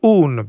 un